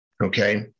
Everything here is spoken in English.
okay